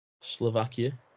Slovakia